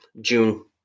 June